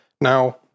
Now